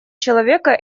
человека